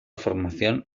formación